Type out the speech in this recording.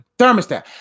Thermostat